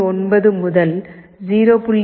9 முதல் 0